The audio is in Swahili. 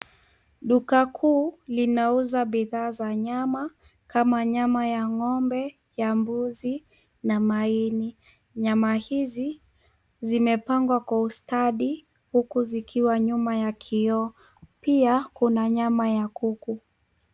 Duka kuu linauza bidhaa za nyama kama nyama ya ng'ombe, ya mbuzi na maini. Nyama hizi zimepangwa kwa ustadi huku zikiwa nyuma ya kioo. Pia, kuna nyama ya kuku.